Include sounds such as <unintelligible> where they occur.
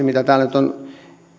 <unintelligible> mitä täällä nyt on